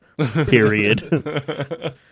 period